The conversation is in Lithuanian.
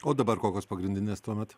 o dabar kokias pagrindinės tuomet